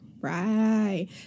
Right